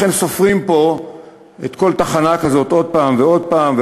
לכן סופרים פה כל תחנה כזאת עוד פעם ועוד פעם,